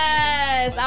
Yes